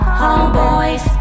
homeboys